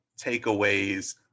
takeaways